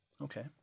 Okay